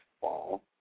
fall